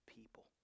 people